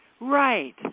Right